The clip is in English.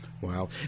Wow